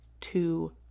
two